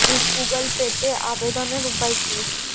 Google পেতে আবেদনের উপায় কি?